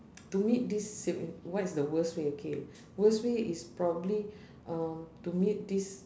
to meet this sig~ what's the worst way okay worst way is probably uh to meet this